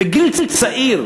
בגיל צעיר,